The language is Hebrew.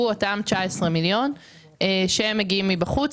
הוא 19 מיליון שקל, שמגיעים מבחוץ.